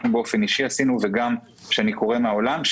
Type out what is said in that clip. באופן אישי וגם ממה שאני קורא מן העולם,